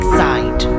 side